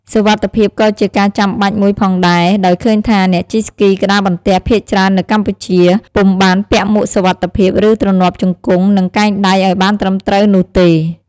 សុវត្ថិភាពក៏ជាការចាំបាច់មួយផងដែរ ដោយឃើញថា អ្នកជិះស្គីក្ដារបន្ទះភាគច្រើននៅកម្ពុជា ពុំបានពាក់មួកសុវត្ថិភាព ឬ ទ្រនាប់ជង្គង់ និងកែងដៃឱ្យបានត្រឹមត្រូវនោះទេ។